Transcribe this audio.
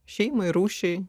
šeimai rūšiai